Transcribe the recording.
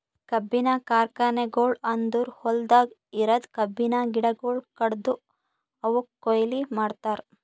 ಕಬ್ಬಿನ ಕಾರ್ಖಾನೆಗೊಳ್ ಅಂದುರ್ ಹೊಲ್ದಾಗ್ ಇರದ್ ಕಬ್ಬಿನ ಗಿಡಗೊಳ್ ಕಡ್ದು ಅವುಕ್ ಕೊಯ್ಲಿ ಮಾಡ್ತಾರ್